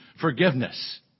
forgiveness